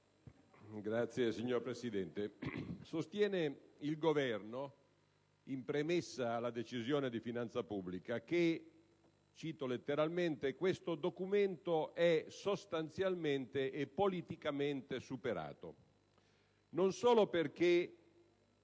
minoranza*. Signor Presidente, colleghi, sostiene il Governo, in premessa alla Decisione di finanza pubblica che, cito testualmente, «questo documento è sostanzialmente e politicamente superato». Non solo perché